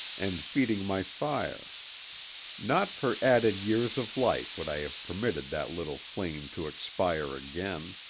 and feeding my fire not for added years of life would i have permitted that little flame to expire again.